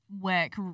work